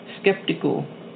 Skeptical